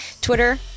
Twitter